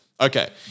Okay